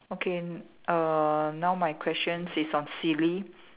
okay uh now my question is on silly